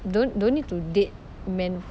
don't don't need to date men